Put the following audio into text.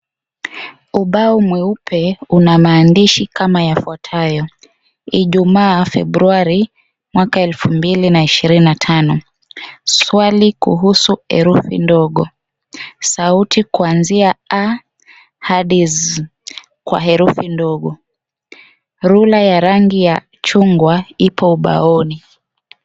Ubao mweupe una maandishi kama yafuatayo, Ijumaa Februari mwaka wa 2025. Swali kuhusu herifi ndogo, sauti kuanzia a hadi z kwa herufi ndogo. Rula ya rangi ya chungwa ipo ubaoni.